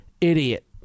idiot